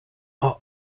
are